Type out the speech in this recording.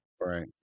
right